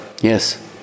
Yes